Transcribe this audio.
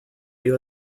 you